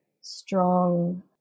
strong